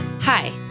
Hi